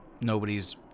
nobody's